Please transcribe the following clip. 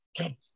Okay